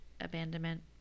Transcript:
abandonment